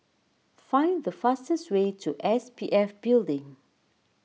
find the fastest way to S P F Building